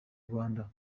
rwanda